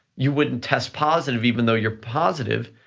you wouldn't test positive even though you're positive,